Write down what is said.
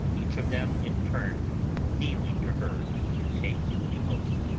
each of them in turn kneeling to her to take the oath.